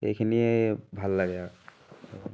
এইখিনিয়ে ভাল লাগে আৰু